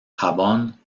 jabón